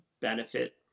benefit